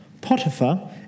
Potiphar